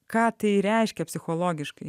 ką tai reiškia psichologiškai